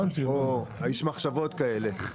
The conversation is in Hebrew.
יש מחשבות כאלה.